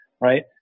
right